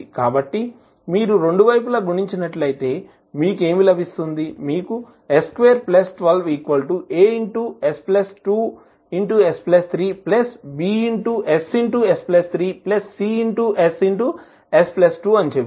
కాబట్టి మీరు రెండు వైపులాగుణించినట్లయితేమీకుఏమిలభిస్తుందిమీరు s212As2s3Bss3Css2 అని చెబుతారు